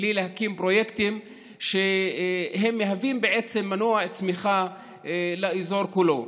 בלי להקים פרויקטים שמהווים בעצם מנוע צמיחה לאזור כולו.